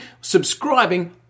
subscribing